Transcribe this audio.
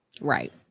Right